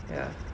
ya